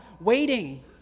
waiting